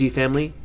family